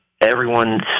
everyone's